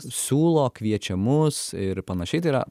siūlo kviečia mus ir panašiai tai yra